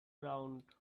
round